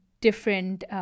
different